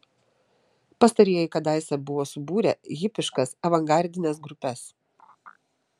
pastarieji kadaise buvo subūrę hipiškas avangardines grupes